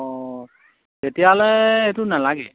অঁ তেতিয়াহ'লে এইটো নালাগে